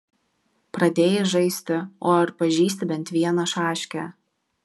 pradėjai žaisti o ar pažįsti bent vieną šaškę